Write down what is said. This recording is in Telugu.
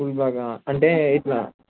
స్కూల్ బ్యాగా అంటే ఇట్లా